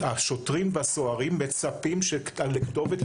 השוטרים והסוהרים מצפים לכתובת,